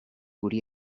guri